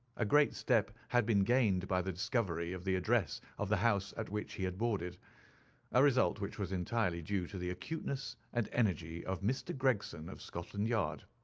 a great step had been gained by the discovery of the address of the house at which he had boarded a result which was entirely due to the acuteness and energy of mr. gregson of scotland yard.